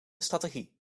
strategie